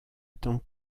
temps